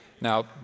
Now